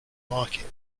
market